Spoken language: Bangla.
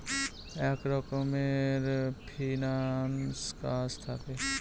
এক রকমের ফিন্যান্স কাজ থাকে